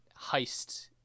heist